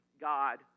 God